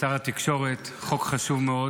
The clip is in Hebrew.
שר התקשורת, חוק חשוב מאוד,